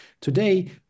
Today